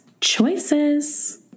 Choices